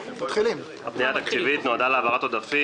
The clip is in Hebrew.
הפנייה התקציבית נועדה להעברת עודפים